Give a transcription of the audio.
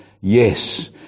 yes